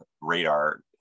radar